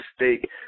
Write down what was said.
mistake